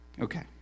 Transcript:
okay